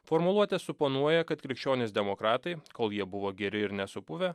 formuluotė suponuoja kad krikščionys demokratai kol jie buvo geri ir nesupuvę